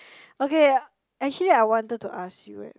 okay actually I wanted to ask you eh